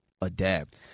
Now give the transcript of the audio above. adapt